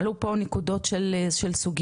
עלו פה נקודות של סוגיית